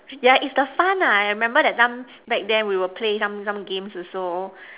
yeah is the fun nah I remember that time back then we will play some some games also